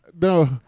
No